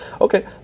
Okay